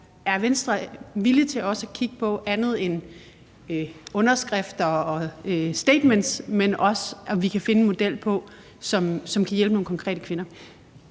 Er Venstre villig til at kigge på andet end underskrifter og statements, men også om vi kan finde en model, som kan hjælpe nogle konkrete kvinder?